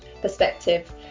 perspective